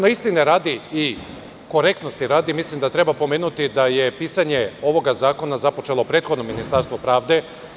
Istine radi i korektnosti radi, mislim da treba pomenuti da je pisanje ovog zakona započelo prethodno Ministarstvo pravde.